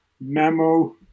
memo